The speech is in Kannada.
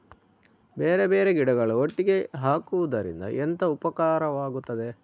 ಬೇರೆ ಬೇರೆ ಗಿಡಗಳು ಒಟ್ಟಿಗೆ ಹಾಕುದರಿಂದ ಎಂತ ಉಪಕಾರವಾಗುತ್ತದೆ?